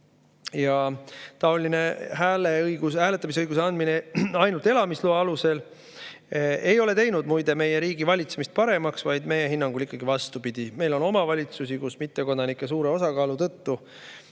Taoline hääletamisõiguse andmine ainult elamisloa alusel ei ole teinud, muide, meie riigivalitsemist paremaks, vaid meie hinnangul ikkagi vastupidiseks. Meil on omavalitsusi, kus mittekodanike suure osakaalu tõttu